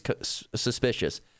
suspicious